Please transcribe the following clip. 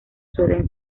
suelen